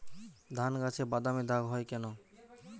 ধানগাছে বাদামী দাগ হয় কেন?